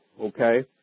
Okay